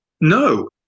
no